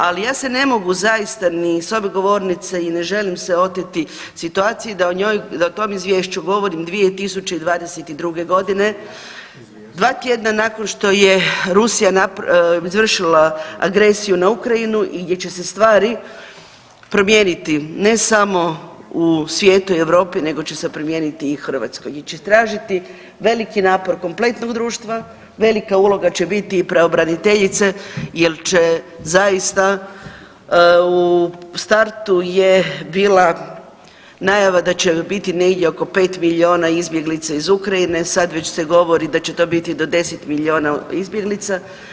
Ali ja se ne mogu zaista ni s ove govornice i ne želim se oteti situaciji da o njoj, da o tom izvješću govorim 2022. godine, dva tjedna nakon što je Rusija izvršila agresiju na Ukrajinu i gdje će se stvari promijeniti ne samo u svijetu i Europi nego će se promijeniti i u Hrvatskoj gdje će tražiti veliki napor kompletnog društva, velika uloga će biti i pravobraniteljice jel će zaista, u startu je bila najava da će biti negdje oko 5 milijuna izbjeglica iz Ukrajine, sad već se govori da će to biti do 10 milijuna izbjeglica.